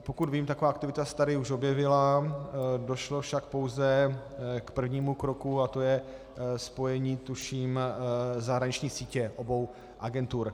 Pokud vím, taková aktivita se tady už objevila, došlo však pouze k prvnímu kroku, a to je spojení, tuším, zahraniční sítě obou agentur.